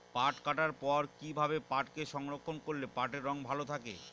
পাট কাটার পর কি ভাবে পাটকে সংরক্ষন করলে পাটের রং ভালো থাকে?